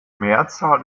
mehrzahl